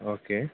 okay